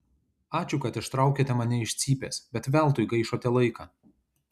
ačiū kad ištraukėte mane iš cypės bet veltui gaišote laiką